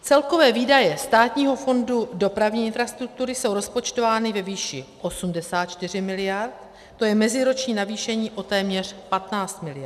Celkové výdaje Státního fondu dopravní infrastruktury jsou rozpočtovány ve výši 84 mld., to je meziroční navýšení o téměř 15 mld.